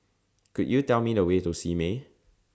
Could YOU Tell Me The Way to Simei